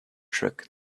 trick